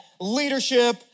leadership